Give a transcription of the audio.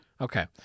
Okay